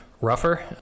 rougher